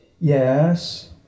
Yes